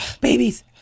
babies